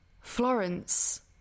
florence